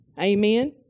Amen